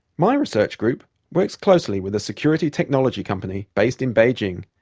my research group works closely with a security technology company based in beijing,